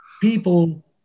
people